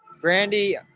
Brandy